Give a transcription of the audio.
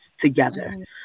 together